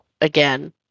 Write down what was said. again